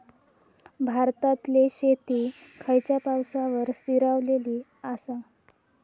भारतातले शेती खयच्या पावसावर स्थिरावलेली आसा?